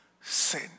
sin